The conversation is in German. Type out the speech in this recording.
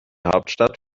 hauptstadt